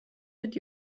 did